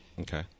okay